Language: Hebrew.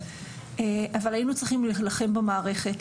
אבל היינו צריכים להילחם במערכת,